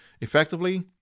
effectively